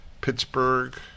Pittsburgh